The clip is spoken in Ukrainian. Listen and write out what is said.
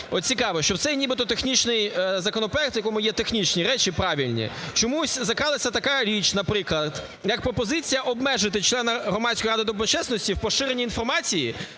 от цікаво, що у цей нібито технічний законопроект, у якому є технічні речі правильні, чомусь закралася така річ, наприклад, як пропозиція обмежити члена Громадської